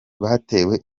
batewe